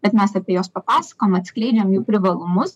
bet mes apie juos papasakojom atskleidžiam jų privalumus